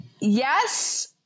Yes